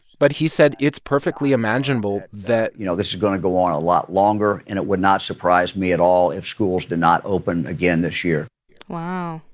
but he said it's perfectly imaginable that. you know, this is going to go on a lot longer. and it would not surprise me at all if schools did not open again this year wow.